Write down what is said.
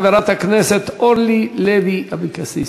חברת הכנסת אורלי לוי אבקסיס.